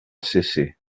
cesset